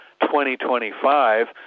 2025